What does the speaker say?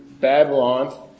Babylon